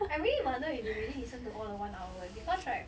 I really wonder if they listen to all the one hour eh because right